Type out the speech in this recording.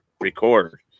record